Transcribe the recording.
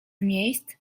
miejsc